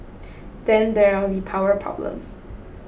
then there are the power problems